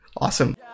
Awesome